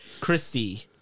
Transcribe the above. Christy